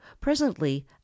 Presently